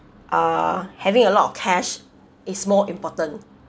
ah having a lot of cash is more important